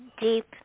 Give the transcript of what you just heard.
deep